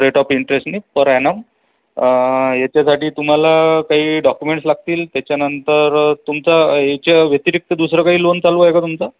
rate of इंटरेसनी per annum याच्यासाठी तुम्हाला काही डॉक्युमेंट्स लागतील त्याच्यानंतर तुमचा याच्या व्यतिरिक्त दुसरं काही लोन चालू आहे का तुमचा